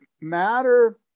matter